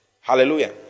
Hallelujah